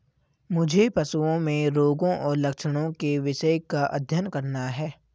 मुझे पशुओं में रोगों और लक्षणों के विषय का अध्ययन करना है